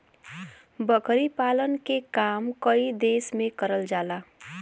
बकरी पालन के काम कई देस में करल जाला